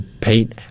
paint